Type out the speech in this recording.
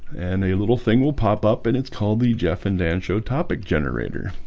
and a little thing will pop up and it's called the jeff and dan show topic generator